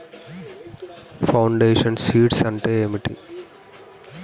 Foundation seeds అంటే ఏంటి?